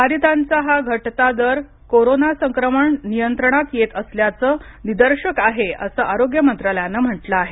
बाधितांचा हा घटता दर कोरोना संक्रमण नियंत्रणात येत असल्याचं निदर्शक आहे असं आरोग्य मंत्रालयानं म्हटलं आहे